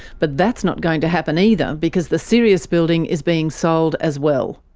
but that's not going to happen either, because the sirius building is being sold as well.